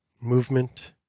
Movement